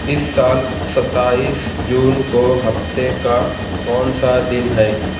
اس سال ستائیس جون کو ہفتے کا کون سا دن ہے